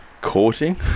courting